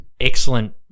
Excellent